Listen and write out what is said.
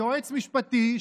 ליועץ משפטי,